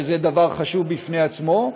שזה דבר חשוב בפני עצמו,